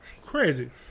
Crazy